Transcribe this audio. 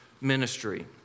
ministry